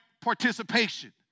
participation